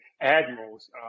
admirals